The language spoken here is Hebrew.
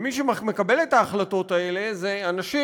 ומי שמקבל את ההחלטות האלה זה אנשים